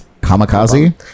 kamikaze